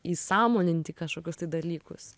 įsąmoninti kažkokius tai dalykus